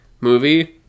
movie